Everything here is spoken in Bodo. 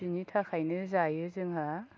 बिनि थाखायनो जायो जोंहा